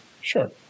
Sure